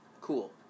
cool